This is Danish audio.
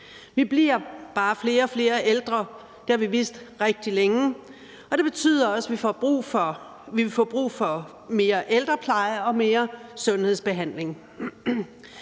Vi bliver bare flere og flere ældre. Det har vi vidst rigtig længe, og det betyder også, at vi vil få brug for mere ældrepleje og mere sundhedsbehandling.